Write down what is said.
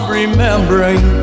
remembering